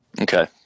Okay